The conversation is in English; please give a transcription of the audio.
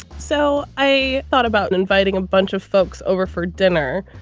so i thought about inviting a bunch of folks over for dinner,